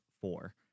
four